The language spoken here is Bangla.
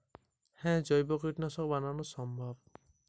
জৈব কীটনাশক বানানো কি সম্ভব?